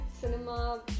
cinema